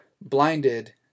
blinded